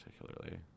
particularly